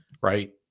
right